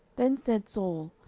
then said saul,